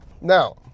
Now